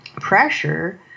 pressure